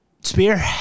Spear